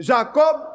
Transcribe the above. Jacob